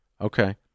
Okay